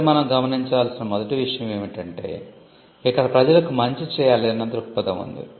ఇక్కడ మనం గమనించాల్సిన మొదటి విషయం ఏమిటంటే ఇక్కడ ప్రజలకు మంచి చేయాలి అన్న దృక్పథం ఉంది